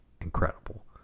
incredible